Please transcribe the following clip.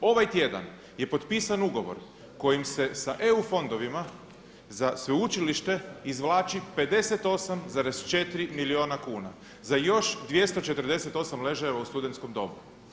Ovaj tjedan je potpisan ugovora kojim se sa eu fondovima za sveučilište izvlači 58,4 milijuna kuna za još 248 ležajeva u studentskom domu.